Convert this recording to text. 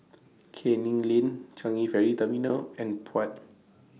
Canning Lane Changi Ferry Terminal and Puat